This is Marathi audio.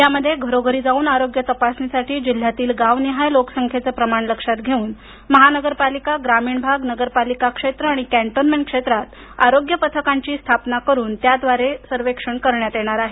यामध्ये घरोघरी जाऊन आरोग्य तपासणीसाठी जिल्ह्यातील गावनिहाय लोकसंख्येचे प्रमाण लक्षात घेता महानगरपालिका ग्रामीण भाग नगरपालिका क्षेत्र आणि कॅन्टोन्मेंट क्षेत्रात आरोग्य पथकांची स्थापना करुन त्यांच्याद्वारे सर्वेक्षण करण्यात येणार आहे